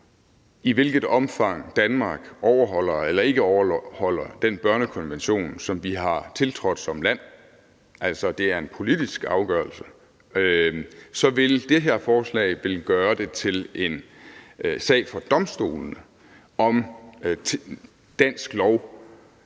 i hvilket omfang Danmark overholder eller ikke overholder den børnekonvention, som vi har tiltrådt som land – altså, det er en politisk afgørelse – så vil det her forslag gøre det til en sag for domstolene, om dansk lov